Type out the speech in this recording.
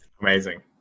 Amazing